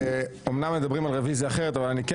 אמנם מדברים על רוויזיה אחרת אבל אני כן